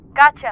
Gotcha